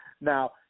Now